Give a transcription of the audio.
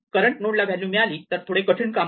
current node ला value मिळाली तर थोडे कठीण काम आहे